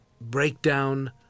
breakdown